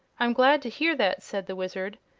i'm glad to hear that, said the wizard.